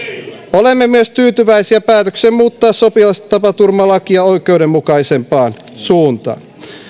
olemme myös tyytyväisiä päätökseen muuttaa sotilastapaturmalakia oikeudenmukaisempaan suuntaan